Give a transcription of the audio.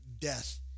death